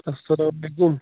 اَسَلام وعلیکُم